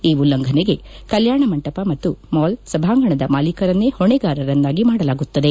ಈ ಉಲ್ಲಂಘನೆಗೆ ಕಲ್ಯಾಣ ಮಂಟಪ ಮತ್ತು ಮಾಲ್ ಸಭಾಂಗಣದ ಮಾಲೀಕರನ್ನೇ ಹೊಣೆಗಾರರನ್ನಾಗಿ ಮಾಡಲಾಗುತ್ತದೆ